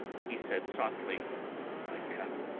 he said softly my god!